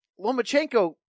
Lomachenko